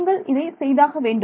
நீங்கள் இதை செய்தாக வேண்டும்